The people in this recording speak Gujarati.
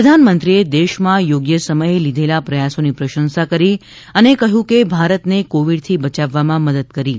પ્રધાનમંત્રીએ દેશમાં યોગ્ય સમયે લીધેલા પ્રયાસોની પ્રશંસા કરી અને કહ્યું કે ભારતને કોવિડથી બયાવવામાં મદદ કરી હતી